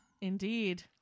Indeed